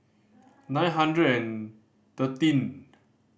nine hundred and thirteen